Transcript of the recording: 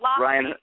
Ryan